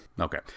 Okay